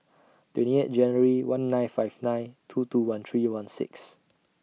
twenty eight January one nine five nine two two one three one six